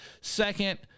second